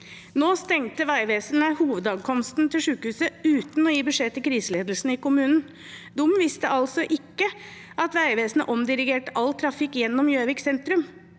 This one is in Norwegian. Nå stengte Vegvesenet hovedankomsten til sykehuset uten å gi beskjed til kriseledelsen i kommunen. De visste altså ikke at Vegvesenet hadde omdirigert all trafikk gjennom Gjøvik sentrum,